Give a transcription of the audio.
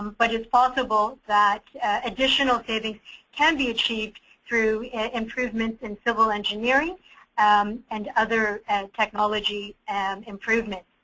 but it's possible that additional savings can be achieved through improvement in civil engineering and other and technology and improvement.